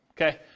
okay